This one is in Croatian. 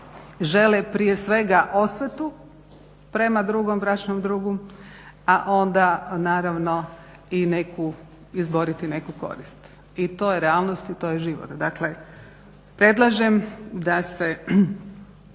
žele prije svega osvetu prema drugom bračnom drugu, a onda naravno i neku izboriti neku korist i to je realnost i to je život. Dakle, predlažem da se